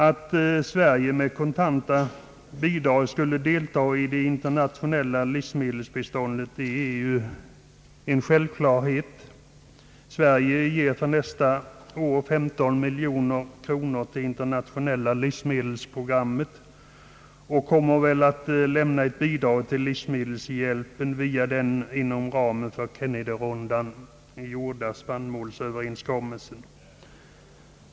Att Sverige med kontanta bidrag skulle delta i det internationella livsmedelsprogrammet är ju en självklarhet. Sverige ger för nästa år 15 miljoner kronor till det internationella livsmedelsprogrammet och kommer väl att lämna ett bidrag till livsmedelshjälpen via den inom ramen för Kennedyrundan träffade spannmålsöverenskommelsen.